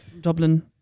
Dublin